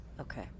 Okay